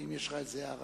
האם יש לך איזו הערה?